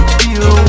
feel